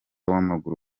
w’amaguru